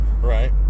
Right